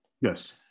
Yes